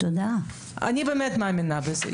אני באמת מאמינה בזה.